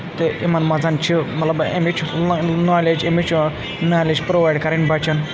تہٕ یِمَن منٛز چھِ مطلب اَمِچ نالیج اَمِچ نالیج پرٛووایڈ کَرٕنۍ بَچَن